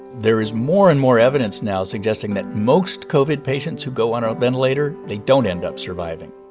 there is more and more evidence now suggesting that most covid patients who go on a ventilator, they don't end up surviving.